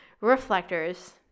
reflectors